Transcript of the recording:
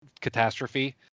catastrophe